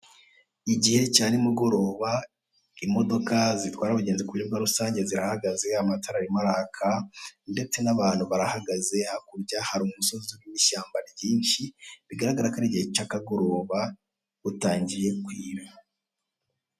Igihe cya nimugoroba, imodoka zitwara abagenzi ku buryo bwa rusange zirahagaze, amatara arimo araka, ndetse n'abantu barahagaze, hakurya hari umusozi uriho ishyamba ryinshi, bigaragara ko ari igihe cy'akagoroba, butangiye kwira.